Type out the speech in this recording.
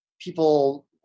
people